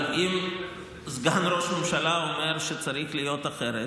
אבל אם סגן ראש הממשלה אומר שצריך להיות אחרת,